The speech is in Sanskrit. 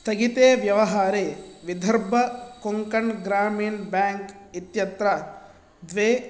स्थगिते व्यवहारे विधर्बकोङ्कण्ग्रामिन् बेङ्क् इत्यत्र द्वे